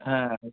हा